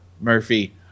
Murphy